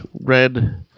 red